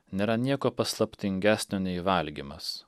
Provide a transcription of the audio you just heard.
nėra nieko paslaptingesnio nei valgymas